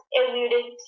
alluded